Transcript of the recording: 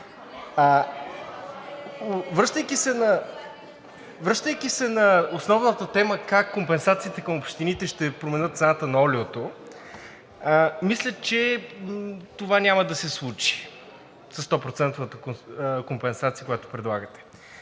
Връщайки се на основната тема как компенсациите към общините ще променят цената на олиото, мисля, че това няма да се случи със 100 процентовата компенсация, която предлагате.